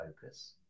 focus